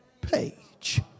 page